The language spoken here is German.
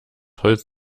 holz